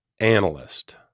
analyst